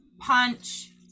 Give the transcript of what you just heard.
punch